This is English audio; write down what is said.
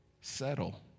settle